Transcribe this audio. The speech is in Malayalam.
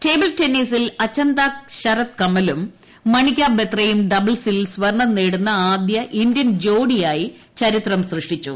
ടെബിൾ ടെന്നീസിൽ അചന്ത ശരത് കമലും മണിക ബെത്രയും ഡബ്ബിൾസിൽ മെഡൽ നേടുന്ന ആദ്യ ഇന്ത്യൻ ജോഡിയായി ചരിത്രം സൃഷ്ടിച്ചു